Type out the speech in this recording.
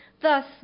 Thus